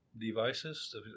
devices